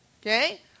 okay